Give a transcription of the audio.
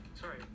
Sorry